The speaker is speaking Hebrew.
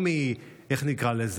איך נקרא לזה,